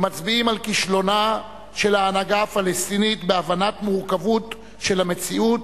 הם מצביעים על כישלונה של ההנהגה הפלסטינית בהבנת המורכבות של המציאות,